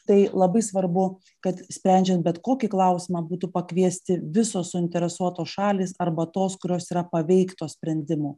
tai labai svarbu kad sprendžiant bet kokį klausimą būtų pakviesti visos suinteresuotos šalys arba tos kurios yra paveiktos sprendimo